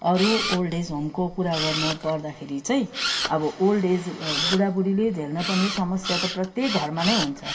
अरू old age होमको कुरा गर्नु पर्दाखेरि चाहिँ अब ओल्ड एज बुढा बुढीले झेल्न पर्ने समस्या त प्रत्येक घरमा नै हुन्छ